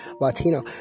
Latino